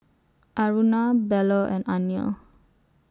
Aruna Bellur and Anil